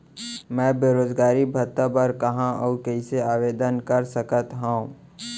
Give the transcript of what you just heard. मैं बेरोजगारी भत्ता बर कहाँ अऊ कइसे आवेदन कर सकत हओं?